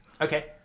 Okay